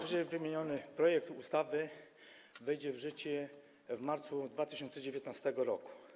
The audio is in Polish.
Wyżej wymieniony projekt ustawy wejdzie w życie w marcu 2019 r.